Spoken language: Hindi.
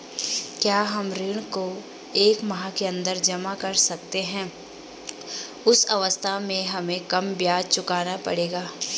क्या हम ऋण को एक माह के अन्दर जमा कर सकते हैं उस अवस्था में हमें कम ब्याज चुकाना पड़ेगा?